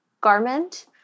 garment